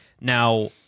Now